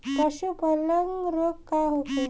पशु प्लग रोग का होखे?